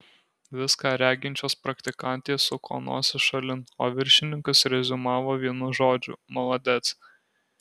viską reginčios praktikantės suko nosis šalin o viršininkas reziumavo vienu žodžiu maladec